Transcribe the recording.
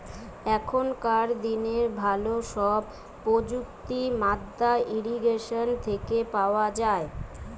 এখনকার দিনের ভালো সব প্রযুক্তি মাদ্দা ইরিগেশন থেকে পাওয়া যায়